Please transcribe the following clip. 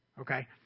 okay